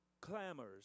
clamors